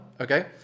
okay